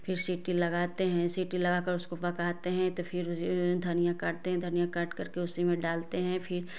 फिर सीटी लगाते हैं सीटी लगा कर के उसको पकाते हैं फिर धनिया काटते हैं धनिया काट करके उसी में डालते है फिर